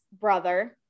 brother